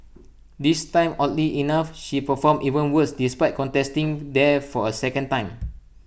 this time oddly enough she performed even worse despite contesting there for A second time